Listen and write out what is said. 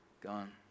Gone